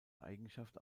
eigenschaft